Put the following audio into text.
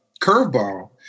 curveball